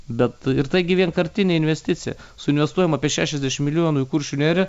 bet ir taigi vienkartinė investicija suinvestuojam apie šešiasdešimt milijonų į kuršių neriją